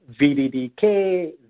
VDDK